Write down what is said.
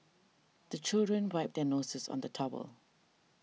the children wipe their noses on the towel